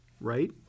right